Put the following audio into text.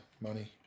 money